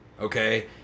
Okay